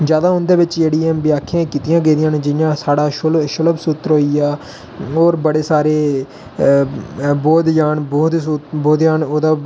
जैदा उंदे बिच जेह्ड़ी ऐ व्याख्यां कीतियां गेदियां न जि'यां साढ़ा सुलब सुलब सूत्र होई गेआ होर बड़े सारे बोद्धयान बोद्धयान ओह्दा